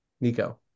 Nico